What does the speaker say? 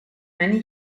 many